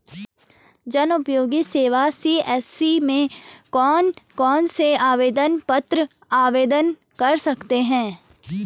जनउपयोगी सेवा सी.एस.सी में कौन कौनसे आवेदन पत्र आवेदन कर सकते हैं?